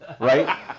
right